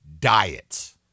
diets